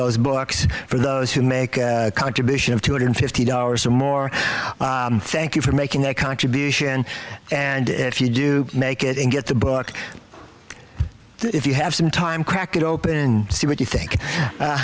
those books for those who make a contribution of two hundred and fifty dollars or more thank you for making a contribution and if you do make it in get the book if you have some time crack it open and see what you think